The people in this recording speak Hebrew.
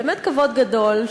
באמת כבוד גדול,